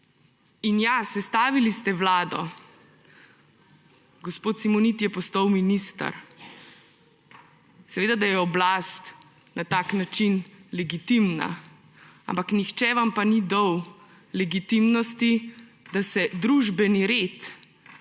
Ja, sestavili ste vlado, gospod Simoniti je postal minister, seveda da je oblast na tak način legitimna, ampak nihče vam pa ni dal legitimnosti, da se družbeni red spreminja